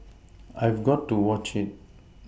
I've got to watch it